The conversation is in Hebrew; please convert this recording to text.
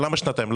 למה שנתיים?